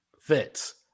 fits